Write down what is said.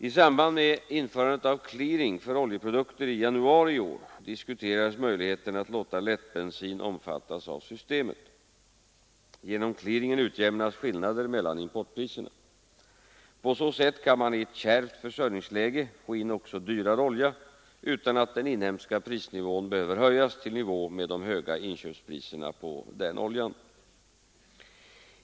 I samband med införandet av clearing för oljeprodukter i januari diskuterades möjligheten att låta lättbensin omfattas av systemet. Genom clearingen utjämnas skillnader mellan importpriserna. På så sätt kan man i ett kärvt försörjningsläge få in också dyrare olja utan att den inhemska prisnivån behöver höjas till nivå med de höga inköpspriserna på denna olja.